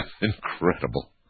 incredible